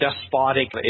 despotic